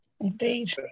Indeed